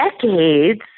decades